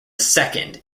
second